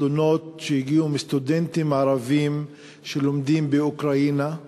תלונות שהגיעו מסטודנטים ערבים שלומדים באוקראינה,